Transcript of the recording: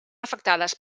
afectades